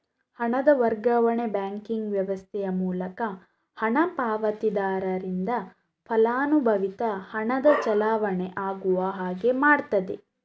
ಹಣದ ವರ್ಗಾವಣೆಯು ಬ್ಯಾಂಕಿಂಗ್ ವ್ಯವಸ್ಥೆಯ ಮೂಲಕ ಹಣ ಪಾವತಿದಾರರಿಂದ ಫಲಾನುಭವಿಗೆ ಹಣದ ಚಲಾವಣೆ ಆಗುವ ಹಾಗೆ ಮಾಡ್ತದೆ